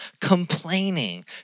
complaining